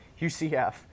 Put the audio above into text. UCF